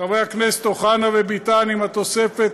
חברי הכנסת אוחנה וביטן עם התוספת